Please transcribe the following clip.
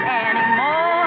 anymore